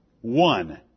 One